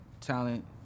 talent